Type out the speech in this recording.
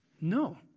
No